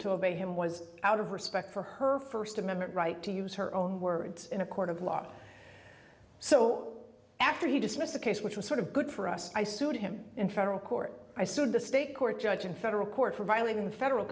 to obey him was out of respect for her first amendment right to use her own words in a court of law so after he dismissed the case which was sort of good for us i sued him in federal court i sued the state court judge in federal court for violating the federal